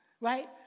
right